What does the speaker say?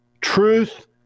truth